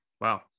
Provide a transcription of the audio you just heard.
Wow